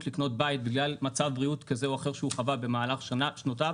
לקנות בית בגלל מצב בריאות כזה או אחר שהוא חווה במהלך שנותיו.